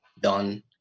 done